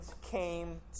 came